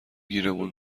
گیرمون